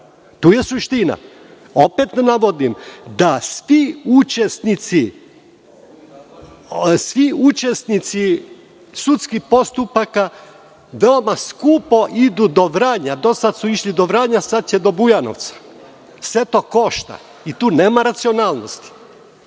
To je suština. Opet navodim da svi učesnici sudskih postupaka veoma skupo idu do Vranja. Do sada su išli do Vranja, sada će do Bujanovca. Sve to košta i tu nema racionalnosti.